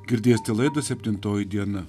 girdėsite laidą septintoji diena